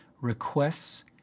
requests